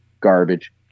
garbage